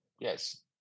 yes